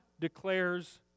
declares